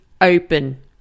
open